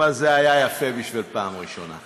אבל זה היה יפה בשביל הפעם הראשונה.